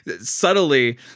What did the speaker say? subtly –